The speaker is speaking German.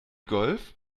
golf